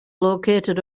located